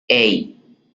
hey